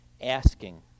asking